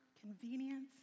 convenience